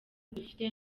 dufite